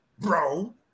Bro